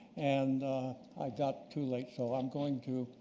and i got too late, so i'm going to,